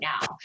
now